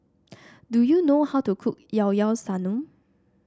do you know how to cook Llao Llao Sanum